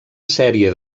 sèrie